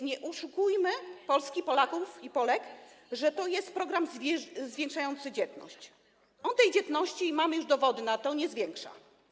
Nie oszukujmy Polaków i Polek, że to jest program zwiększający dzietność, bo tej dzietności - mamy już dowody na to - nie zwiększa.